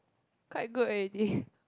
quite good already